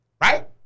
right